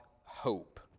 hope